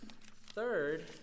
Third